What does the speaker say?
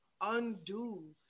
undo